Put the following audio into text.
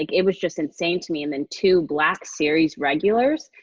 like it was just insane to me. and then two black series regulars.